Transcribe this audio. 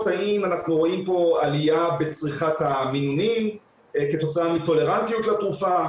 האם אנחנו רואים עליה בצריכת המינונים כתוצאה מטולרנטיות לתרופה,